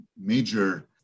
major